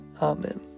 Amen